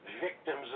victims